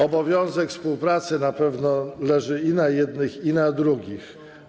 Obowiązek współpracy na pewno leży i na jednych, i na drugich.